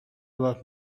about